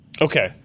Okay